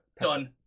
Done